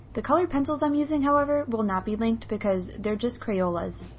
the colored pencils i'm using, however, will not be linked because they're just crayolas.